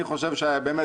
אני חושב באמת